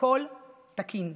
הכול תקין,